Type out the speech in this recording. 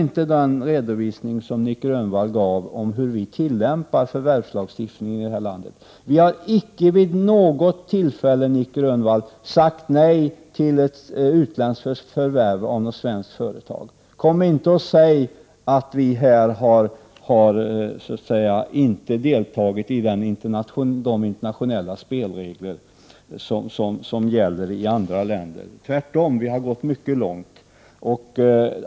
Den redovisning som Nic Grönvall gav av hur vi tillämpar förvärvslagstiftningen i det här landet stämmer inte. Vi har icke vid något tillfälle, Nic Grönvall, sagt nej till ett utländskt förvärv av något svenskt företag. Kom inte och säg att vi inte har rättat oss efter de internationella spelregler som gäller! Tvärtom har vi gått mycket långt.